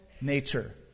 nature